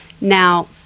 now